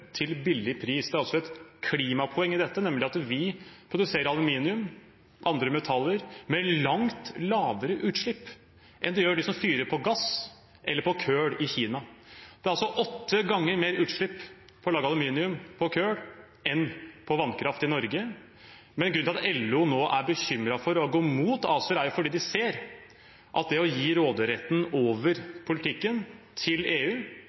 til billig pris. Det er altså et klimapoeng i dette, nemlig at vi produserer aluminium og andre metaller med langt lavere utslipp enn de som fyrer med gass eller kull i Kina. Det gir åtte ganger mer utslipp å lage aluminium på kull enn på vannkraft i Norge. Grunnen til at LO nå er bekymret for og går mot ACER, er at de ser at det å gi råderetten over politikken til EU